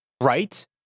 right